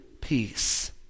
peace